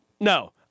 No